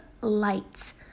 lights